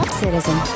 citizen